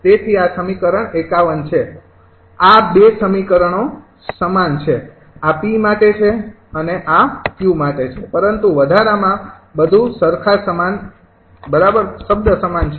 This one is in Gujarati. તેથી આ સમીકરણ ૫૧ છે આ ૨ સમીકરણો સમાન છે આ 𝑃 માટે છે અને આ 𝑄 માટે છે પરંતુ વધારામાં બધું સરખા સમાન બરાબર શબ્દ સમાન છે